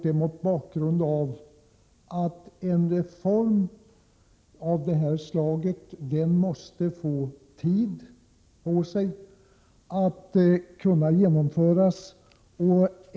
En reform av det här slaget måste få tid på sig att kunna genomföras.